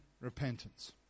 repentance